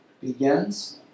begins